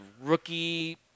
rookie